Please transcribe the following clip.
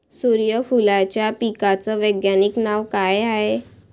सुर्यफूलाच्या पिकाचं वैज्ञानिक नाव काय हाये?